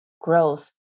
growth